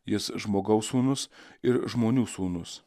jis žmogaus sūnus ir žmonių sūnūs